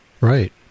Right